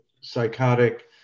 psychotic